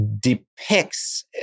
depicts